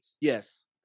yes